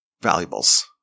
valuables